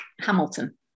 hamilton